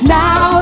now